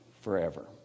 forever